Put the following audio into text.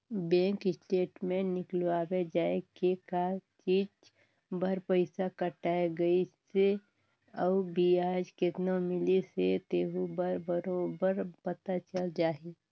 bank statement निकलवाबे जाये के का चीच बर पइसा कटाय गइसे अउ बियाज केतना मिलिस हे तेहू हर बरोबर पता चल जाही